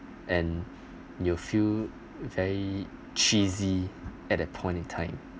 and you feel very cheesy at that point in time